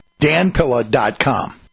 danpilla.com